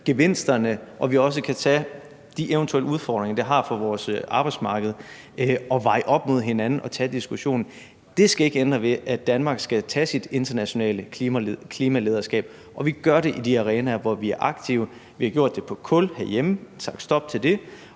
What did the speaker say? klimagevinsterne og de eventuelle udfordringer, det har for vores arbejdsmarked, og veje dem op mod hinanden, altså tage diskussionen om det. Det skal ikke ændre ved, at Danmark skal tage sit internationale klimalederskab, og vi gør det i de arenaer, hvor vi er aktive. Vi har sagt stop til kul herhjemme. Og vi gør det